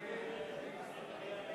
הצעת סיעות